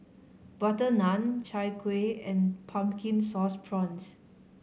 Butter Naan Chai Kuih and Pumpkin Sauce Prawns